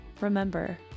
Remember